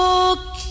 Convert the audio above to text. Look